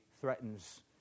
threatens